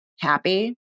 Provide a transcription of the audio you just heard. happy